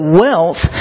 wealth